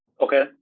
Okay